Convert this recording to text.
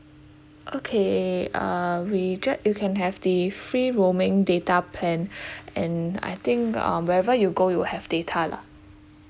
okay uh with that you can have the free roaming data plan and I think um wherever you go you have data lah